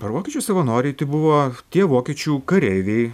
ar vokiečių savanoriai tai buvo tie vokiečių kareiviai